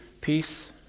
peace